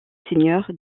seigneur